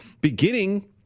beginning